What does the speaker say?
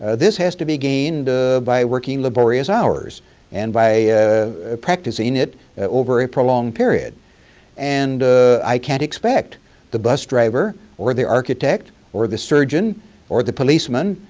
this has to be gained by working laborious hours and by practicing it over a prolonged period and i can't expect the bus driver or the architect or the surgeon or the policeman